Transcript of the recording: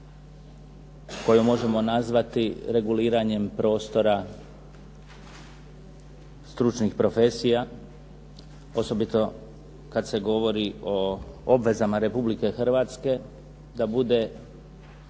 koju možemo nazvati reguliranje prostora stručnih profesija, osobito kad se govori o obvezama Republike Hrvatske da bude